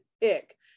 pick